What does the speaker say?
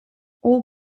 all